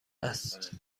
است